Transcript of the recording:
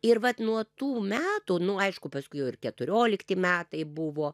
ir vat nuo tų metų nu aišku paskui jau ir keturiolikti metai buvo